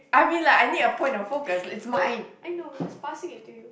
I know I'm just passing it to you